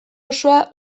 osoa